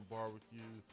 Barbecue